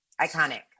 Iconic